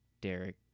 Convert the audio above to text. Derek